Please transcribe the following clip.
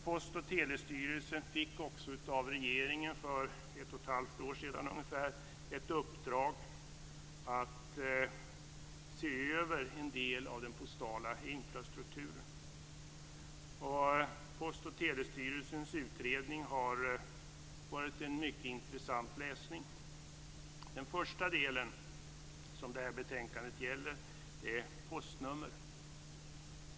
Post och telestyrelsen fick också av regeringen för ungefär ett och ett halvt år sedan ett uppdrag att se över en del av den postala infrastrukturen. Post och telestyrelsens utredning har varit en mycket intressant läsning. Den första del som detta betänkande gäller är postnumren.